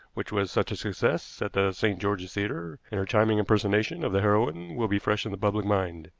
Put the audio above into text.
which was such a success at the st. george's theater, and her charming impersonation of the heroine will be fresh in the public mind.